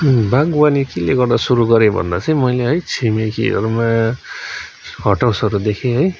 बागवानी केले गर्दा सुरू गरेँ भन्दा चाहिँ मैले है छिमेकीहरूमा हट हाउसहरू देखेँ है